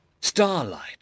Starlight